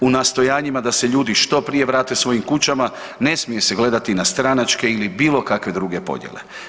U nastojanjima da se ljudi što prije vrate svojim kućama, ne smije se gledati na stranačke ili bilo kakve druge podjele.